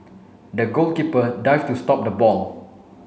the goalkeeper dived to stop the ball